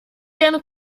gerne